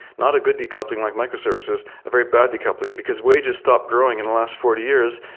not a good decoupling like microservices. a very bad decoupling, because wages stopped growing in the last forty years,